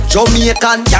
Jamaican